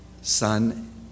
son